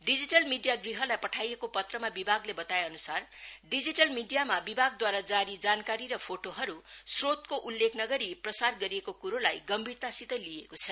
digital media गृहलाई पठाईएको पत्रमा विभागले बताएअनुसार डीजीटल मीडियामा विभागद्वारा जारी जानकारी र फोटो हरू स्रोतको उल्लेख नगरी प्रसार गरिएको कुरो गम्भीरतापूर्वक लिइएको छ